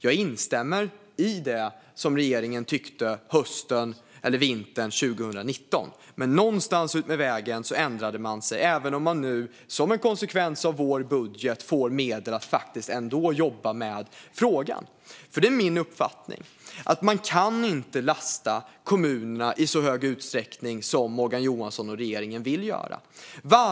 Jag instämmer i det som regeringen tyckte hösten eller vintern 2019, men någonstans utmed vägen ändrade man sig, även om man nu som en konsekvens av vår budget får medel att faktiskt jobba med frågan ändå. Det är min uppfattning att man inte kan lasta kommunerna i så hög utsträckning som Morgan Johansson och regeringen vill göra.